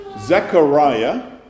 Zechariah